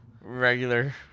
regular